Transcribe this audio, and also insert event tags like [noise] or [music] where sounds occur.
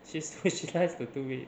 she's [laughs] which she kinds to do it